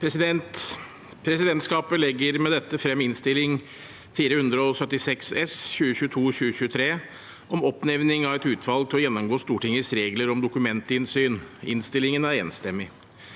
Pre- sidentskapet legger med dette frem Innst. 476 S for 2022–2023, om oppnevning av et utvalg til å gjennomgå Stortingets regler om dokumentinnsyn. Innstillingen er enstemmig.